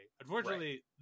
Unfortunately